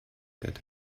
that